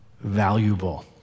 valuable